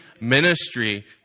Ministry